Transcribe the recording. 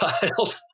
child